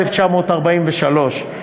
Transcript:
1943,